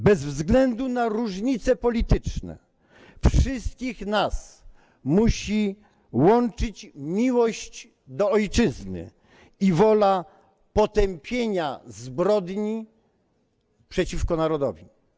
Bez względu na różnice polityczne wszystkich nas musi łączyć miłość do ojczyzny i wola potępienia zbrodni przeciwko narodowi.